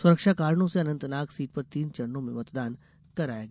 सुरक्षा कारणों से अनंतनाग सीट पर तीन चरणों में मतदान कराया गया